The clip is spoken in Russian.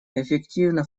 эффективно